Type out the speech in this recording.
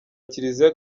kiliziya